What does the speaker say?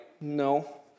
No